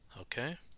okay